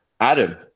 Adam